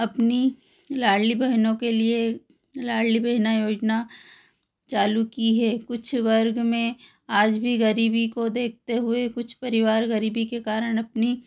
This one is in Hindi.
अपनी लाड़ली बहनों के लिए लाड़ली बहन योजना चालू की है कुछ वर्ग में आज भी ग़रीबी को देखते हुए कुछ परिवार ग़रीबी के कारण अपनी